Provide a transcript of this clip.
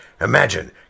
imagine